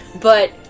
but-